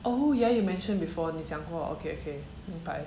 oh ya you mentioned before 你讲过 okay okay 明白